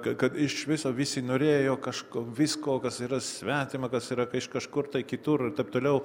kad iš viso visi norėjo kažko visko kas yra svetima kas yra ką iš kažkur kitur ir taip toliau